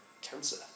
cancer